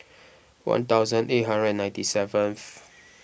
one thousand eight hundred and ninety seventh